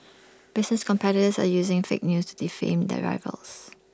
business competitors are using fake news to defame their rivals